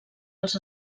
els